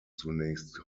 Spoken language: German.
zunächst